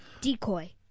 Decoy